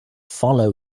follow